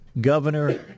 governor